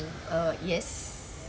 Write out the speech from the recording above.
err yes